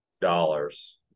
dollars